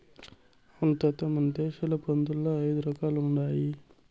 అవును తాత మన దేశంల పందుల్ల ఐదు రకాలుండాయి